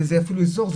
זה אפילו אזור,